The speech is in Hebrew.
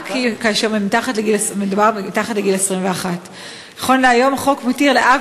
רק כאשר מדובר מתחת לגיל 21. נכון להיום החוק מתיר לאב